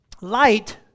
Light